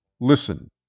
listen